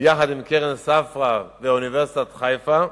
וסיוע להם, יחד עם קרן "ספרא" ואוניברסיטת חיפה.